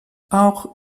auch